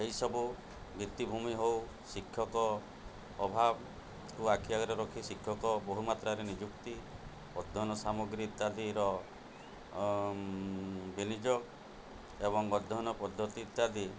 ଏହିସବୁ ଭିତ୍ତିଭୂମି ହଉ ଶିକ୍ଷକ ଅଭାବକୁ ଆଖି ଆଗରେ ରଖି ଶିକ୍ଷକ ବହୁମାତ୍ରାରେ ନିଯୁକ୍ତି ଅଧ୍ୟୟନ ସାମଗ୍ରୀ ଇତ୍ୟାଦିର ବିନିଯୋଗ ଏବଂ ଅଧ୍ୟୟନ ପଦ୍ଧତି ଇତ୍ୟାଦି